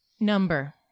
Number